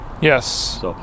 Yes